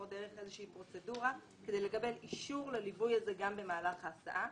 דרך איזושהי פרוצדורה כדי לקבל אישור לליווי הזה גם במהלך ההסעה.